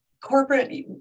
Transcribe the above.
Corporate